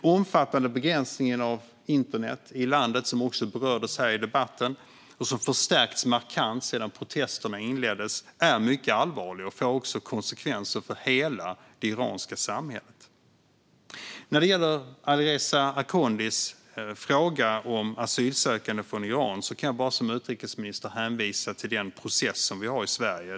Den omfattande begränsningen av internet i landet, som också berördes här i debatten och som förstärkts markant sedan protesterna inleddes, är mycket allvarlig och får också konsekvenser för hela det iranska samhället. När det gäller Alireza Akhondis fråga om asylsökande från Iran kan jag som utrikesminister bara hänvisa till den process vi har i Sverige.